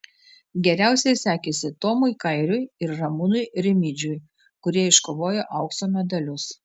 geriausiai sekėsi tomui kairiui ir ramūnui rimidžiui kurie iškovojo aukso medalius